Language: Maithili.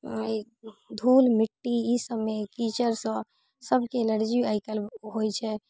आओर धूल मिट्टी ई सबमे कीचड़सँ सबके एलर्जी आइकाल्हि होइ छै